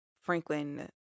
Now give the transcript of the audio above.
Franklin